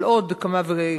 של עוד כמה כהנה וכהנה.